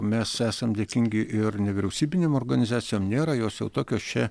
mes esam dėkingi ir nevyriausybinėm organizacijom nėra jos jau tokios čia